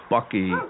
Bucky